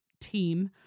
team